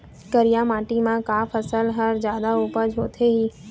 करिया माटी म का फसल हर जादा उपज होथे ही?